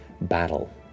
battle